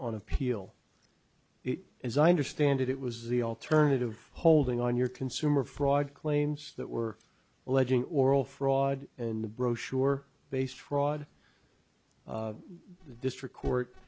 on appeal as i understand it it was the alternative holding on your consumer fraud claims that were alleging oral fraud in the brochure based fraud the district court